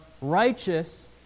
righteous